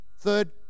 third